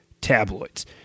tabloids